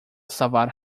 salvar